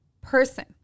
person